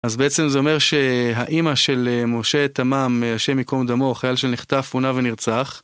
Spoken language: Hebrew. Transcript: אז בעצם זה אומר שהאימא של משה טמם, השם יקום דמו, חייל של נחטף, פונה ונרצח.